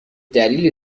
دلیلی